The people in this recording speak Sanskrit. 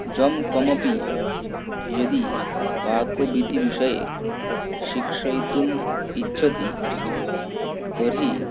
यं कमपि यदि पाकविधिविषये शिक्षयितुम् इच्छति तर्हि